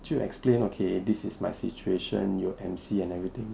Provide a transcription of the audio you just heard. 就 explain okay this is my situation 有 M_C and everything